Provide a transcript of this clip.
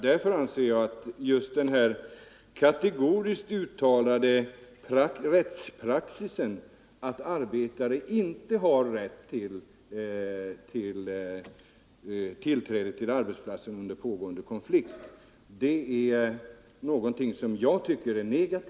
Därför anser jag att det är negativt av statsrådet att kategoriskt åberopa rättspraxis, dvs. att arbetare inte har rätt till tillträde till arbetsplatsen under pågående konflikt.